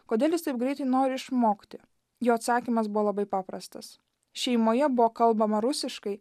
kodėl jis taip greitai nori išmokti jo atsakymas buvo labai paprastas šeimoje buvo kalbama rusiškai